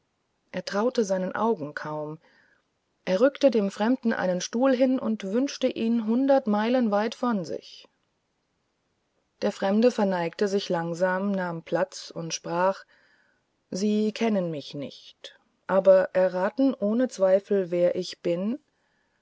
er traute seinen augen kaum er rückte dem fremden einen stuhl hin und wünschte ihn hundert meilen weit von sich der fremde verneigte sich langsam nahm platz und sprach sie kennen mich nicht aber erraten ohne zweifel wer ich bin